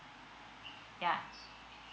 yes